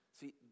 see